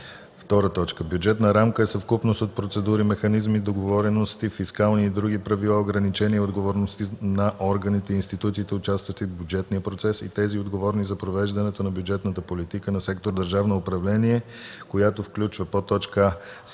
политиката. 2. „Бюджетна рамка“ е съвкупност от процедури, механизми, договорености, фискални и други правила, ограничения и отговорности на органите и институциите, участващи в бюджетния процес и тези, отговорни за провеждането на бюджетната политика на сектор „Държавно управление“, която включва: а)